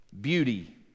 Beauty